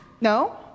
No